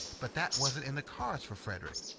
but that wasn't in the cards for frederick.